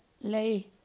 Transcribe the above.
lay